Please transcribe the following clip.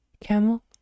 Camel